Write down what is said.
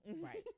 Right